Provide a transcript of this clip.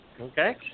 okay